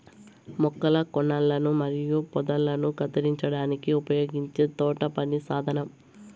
మొక్కల కొనలను మరియు పొదలను కత్తిరించడానికి ఉపయోగించే తోటపని సాధనం